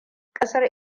ƙasar